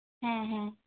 ᱦᱮᱸ ᱦᱮᱸ